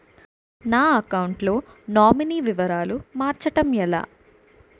నా అకౌంట్ లో నామినీ వివరాలు మార్చటం ఎలా?